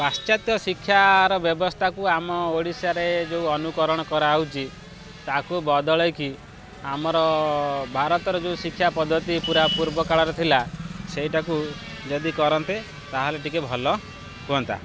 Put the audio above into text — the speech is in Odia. ପାଶ୍ଚାତ୍ୟ ଶିକ୍ଷାର ବ୍ୟବସ୍ଥାକୁ ଆମ ଓଡ଼ିଶାରେ ଯେଉଁ ଅନୁକରଣ କରାହେଉଛି ତାକୁ ବଦଳାଇକି ଆମର ଭାରତର ଯେଉଁ ଶିକ୍ଷା ପଦ୍ଧତି ପୁରା ପୂର୍ବକାଳରେ ଥିଲା ସେଇଟାକୁ ଯଦି କରନ୍ତେ ତା'ହେଲେ ଟିକେ ଭଲ ହୁଅନ୍ତା